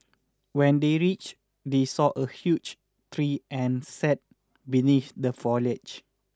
when they reached they saw a huge tree and sat beneath the foliage